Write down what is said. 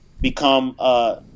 become –